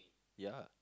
ya